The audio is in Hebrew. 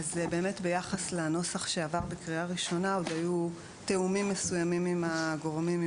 ביחס לנוסח שעבר בקריאה ראשונה עוד היו תיאומים מסוימים עם הגורמים,